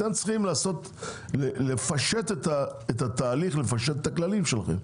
אתם צריכים לפשט את התהליך, לפשט את הכללים שלכם.